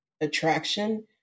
attraction